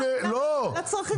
רק לצרכים --- לא,